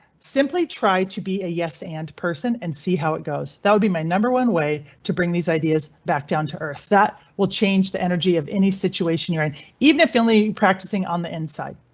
simply try to be a yes and person and see how it goes. that would be my number. one way to bring these ideas back down to earth that will change the energy of any situation, right? yeah and even if only practicing on the inside.